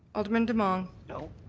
alderman demong? you know